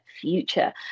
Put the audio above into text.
future